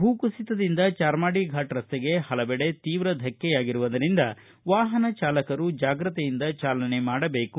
ಭೂಕುಸಿತದಿಂದ ಚಾರ್ಮಾಡಿ ಫಾಟ್ ರಸ್ತೆಗೆ ಹಲವೆಡೆ ತೀವ್ರ ಧಕ್ಕೆಯಾಗಿರುವುದರಿಂದ ವಾಹನ ಚಾಲಕರು ಜಾಗ್ರತೆಯಿಂದ ಚಾಲನೆ ಮಾಡ ಬೇಕು